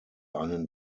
einen